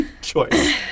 choice